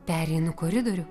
pereinu koridorių